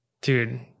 dude